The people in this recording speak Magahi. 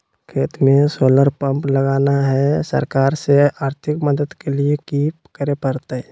खेत में सोलर पंप लगाना है, सरकार से आर्थिक मदद के लिए की करे परतय?